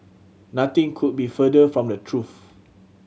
nothing could be further from the truth